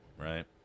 Right